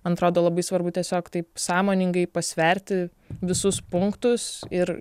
man atrodo labai svarbu tiesiog taip sąmoningai pasverti visus punktus ir